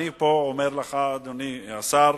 אני פה אומר לך, אדוני השר,